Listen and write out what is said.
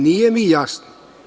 Nije mi jasno.